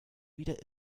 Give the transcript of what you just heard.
wieder